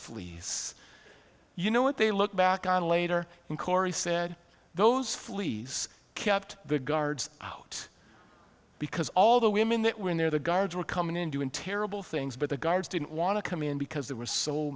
fleas you know what they look back on later and corey said those fleas kept the guards out because all the women that were in there the guards were coming in doing terrible things but the guards didn't want to come in because there were so